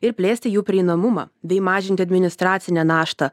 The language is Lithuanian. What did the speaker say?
ir plėsti jų prieinamumą bei mažinti administracinę naštą